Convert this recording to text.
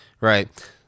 right